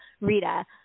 Rita